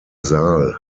saal